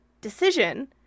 decision